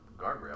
guardrail